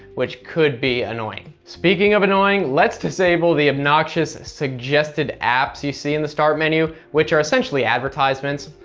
which could be annoying. speaking of annoying, let's disable the obnoxious suggested apps you see in the start menu, which are essentially advertisements.